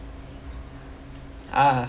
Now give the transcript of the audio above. ah